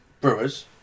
Brewers